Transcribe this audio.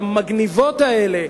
המגניבות האלה,